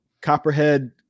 copperhead